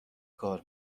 کار